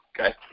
okay